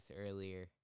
earlier